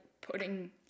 putting